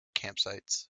campsites